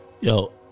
Yo